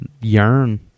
yearn